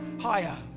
higher